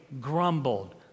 grumbled